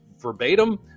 verbatim